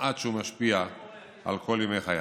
עד שהוא משפיע על כל ימי חייו.